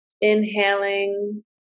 Inhaling